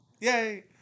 Yay